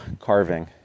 carving